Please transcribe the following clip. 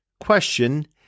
question